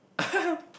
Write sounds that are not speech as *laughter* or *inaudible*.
*laughs*